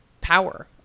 power